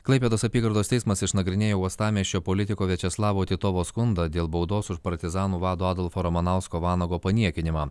klaipėdos apygardos teismas išnagrinėjo uostamiesčio politiko viačeslavo titovo skundą dėl baudos už partizanų vado adolfo ramanausko vanago paniekinimą